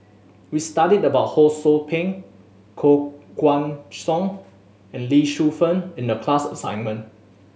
we studied about Ho Sou Ping Koh Guan Song and Lee Shu Fen in the class assignment